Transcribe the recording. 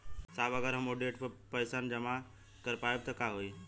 साहब अगर हम ओ देट पर पैसाना जमा कर पाइब त का होइ?